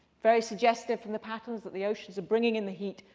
very suggestive from the patterns that the oceans are bringing in the heat,